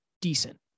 decent